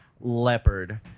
Leopard